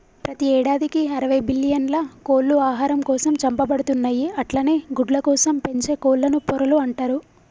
ప్రతి యేడాదికి అరవై బిల్లియన్ల కోళ్లు ఆహారం కోసం చంపబడుతున్నయి అట్లనే గుడ్లకోసం పెంచే కోళ్లను పొరలు అంటరు